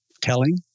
telling